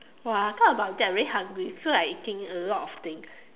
!wah! talk about that very hungry feel like eating a lot of things